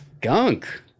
gunk